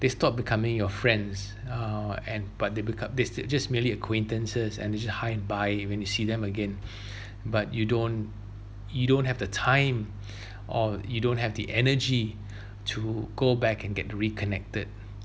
they stop becoming your friends uh and but they become they s~ just merely acquaintances and they just hi and bye when you see them again but you don't you don't have the time or you don't have the energy to go back and get reconnected